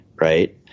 Right